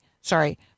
Sorry